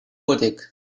codec